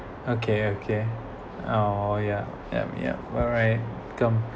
okay okay oh yeah yup yup alright come